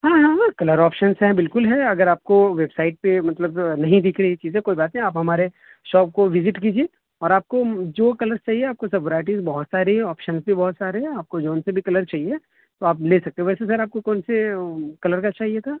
ہاں ہاں colour options ہیں بالکل ہے اگر آپ کو ویبسائٹ پہ مطلب نہیں دکھ رہی ہے چیزیں کوئی بات نہیں آپ ہمارے شاپ کو وزٹ کیجیے اور آپ کو جو کلر چاہیے آپ کو سب ورائٹیز بہت ساری ہے آپشنس بھی بہت سارے ہیں آپ کو جو سے بھی کلر چاہیے تو آپ لے سکتے ہو ویسے سر آپ کو کون سے کلر کا چاہیے تھا